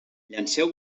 llanceu